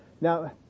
Now